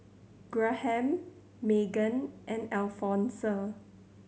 Graham Meggan and Alfonse